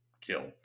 kill